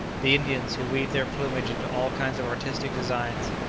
the indians, who weave their plumage into all kinds of artistic designs,